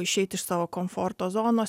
išeit iš savo komforto zonos